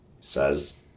says